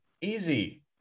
easy